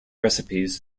recipes